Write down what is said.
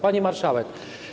Pani Marszałek!